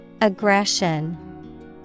Aggression